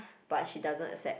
but she doesn't accept